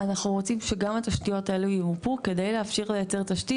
אנחנו רוצים שגם התשתיות האלה ימופו כדי להמשיך לייצר תשתית